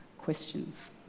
questions